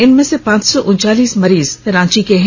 इनमें से पांच सौ उन्चालीस मरीज रांची के हैं